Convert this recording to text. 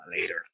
later